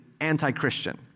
anti-Christian